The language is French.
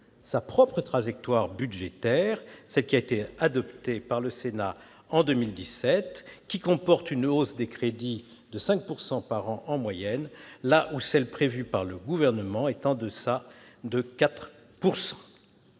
sa propre trajectoire budgétaire, adoptée par le Sénat en 2017, qui comporte une hausse des crédits de 5 % par an en moyenne, tandis que celle prévue par le Gouvernement est en deçà de 4 %.